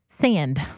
Sand